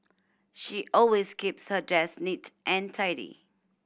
she always keeps her desk neat and tidy